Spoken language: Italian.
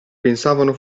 pensavano